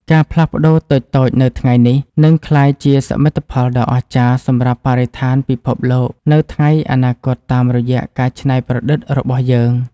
ការផ្លាស់ប្ដូរតូចៗនៅថ្ងៃនេះ នឹងក្លាយជាសមិទ្ធផលដ៏អស្ចារ្យសម្រាប់បរិស្ថានពិភពលោកនៅថ្ងៃអនាគតតាមរយៈការច្នៃប្រឌិតរបស់យើង។